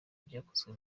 byakozwe